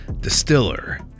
distiller